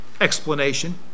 explanation